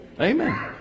amen